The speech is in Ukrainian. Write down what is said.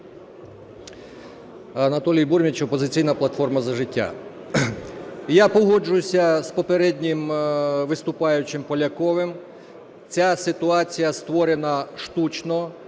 Анатолій Бурміч, "Опозиційна платформа – За життя". Я погоджуюсь з попереднім виступаючим Поляковим. Ця ситуація створена штучно,